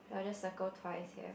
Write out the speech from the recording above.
I'll just circle twice here